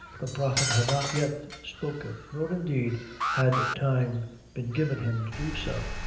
the prophet had not yet spoken nor indeed had time been given him to do so,